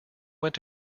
went